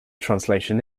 translation